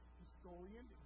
historian